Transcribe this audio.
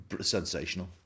Sensational